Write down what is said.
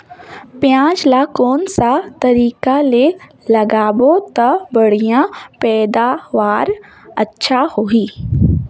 पियाज ला कोन सा तरीका ले लगाबो ता बढ़िया पैदावार अच्छा होही?